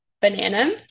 banana